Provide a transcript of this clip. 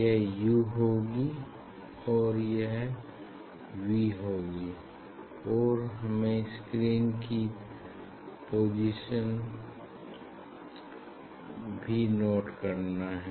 यह u होगी और यह v होगी और हमें स्क्रीन की पोसिशन भी नोट करना है